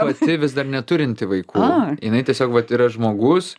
pati vis dar neturinti vaikų jinai tiesiog vat yra žmogus